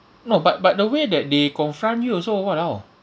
no but but the way that they confront you also !walao!